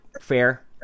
Fair